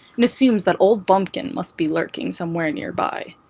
and assumes that old bumpkin must be lurking somewhere nearby.